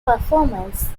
performance